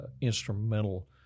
instrumental